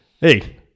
hey